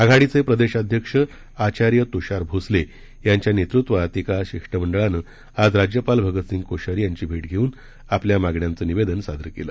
आघाडीचे प्रदेशाध्यक्ष आचार्य तुषार भोसले यांच्या नेतृत्वात एका शिष्टमंडळानं आज राज्यपाल भगतसिंग कोश्यारी यांची भेट घेऊन आपल्या मागण्यांचं निवेदन सादर केलं